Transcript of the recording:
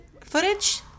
footage